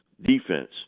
defense